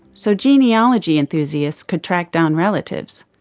so genealogy enthusiasts could track down relatives.